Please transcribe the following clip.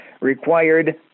required